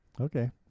Okay